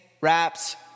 wraps